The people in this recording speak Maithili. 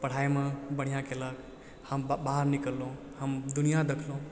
पढ़ाइमे बढ़िऑं केलक हम बाहर निकललहुॅं हम दुनिया देखलहुॅं